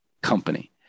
company